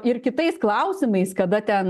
ir kitais klausimais kada ten